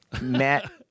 Matt